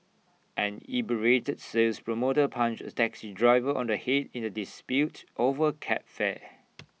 an inebriated sales promoter punched A taxi driver on the Head in the dispute over cab fare